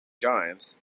giants